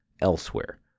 elsewhere